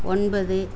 ஒன்பது